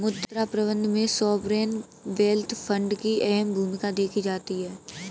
मुद्रा प्रबन्धन में सॉवरेन वेल्थ फंड की अहम भूमिका देखी जाती है